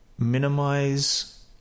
Minimize